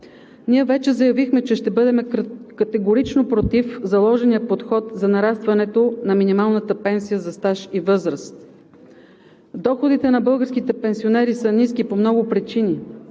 Ние вече заявихме, че ще бъдем категорично против заложения подход за нарастването на минималната пенсия за стаж и възраст. Доходите на българските пенсионери са ниски по много причини